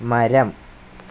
മരം